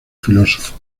filósofo